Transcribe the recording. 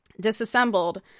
Disassembled